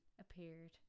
appeared